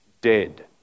dead